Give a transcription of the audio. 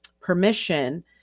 permission